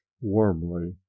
warmly